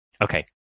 Okay